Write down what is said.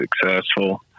successful